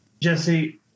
Jesse